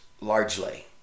largely